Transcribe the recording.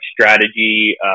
strategy